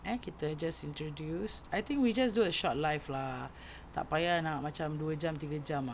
eh kita just introduce I think we just do a short live lah tak payah nak macam dua jam tiga jam ah